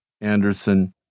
Anderson